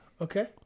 Okay